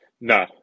No